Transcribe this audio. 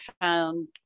found